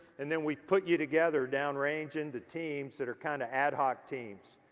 and then we've put you together down range into teams that are kinda ad hoc teams.